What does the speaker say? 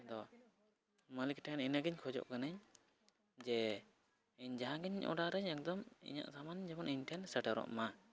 ᱟᱫᱚ ᱢᱟᱹᱞᱤᱠ ᱴᱷᱮᱱ ᱤᱱᱟᱹᱜᱮᱧ ᱠᱷᱚᱡᱚᱜ ᱠᱟᱹᱱᱟᱹᱧ ᱡᱮ ᱤᱧ ᱡᱟᱦᱟᱸᱜᱮᱧ ᱚᱰᱟᱨᱟᱹᱧ ᱮᱠᱫᱚᱢ ᱤᱧᱟᱹᱜ ᱥᱟᱢᱟᱱ ᱡᱮᱢᱚᱱ ᱤᱧᱴᱷᱮᱱ ᱥᱮᱴᱮᱨᱚᱜᱼᱢᱟ